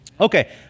Okay